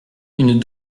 une